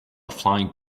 flying